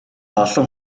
олон